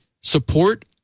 support